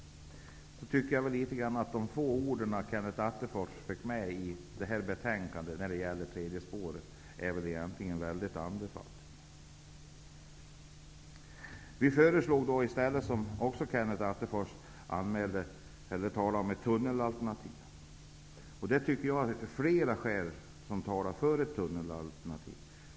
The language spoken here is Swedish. Jag tycker att några av de få ord om tredje spåret som Kenneth Attefors fick med i betänkandet egentligen är väldigt andefattiga. Vi socialdemokrater föreslog, vilket också Kenneth Attefors talade om, ett tunnelalterntiv. Jag tycker att det är mycket som talar för ett tunnelalternativ.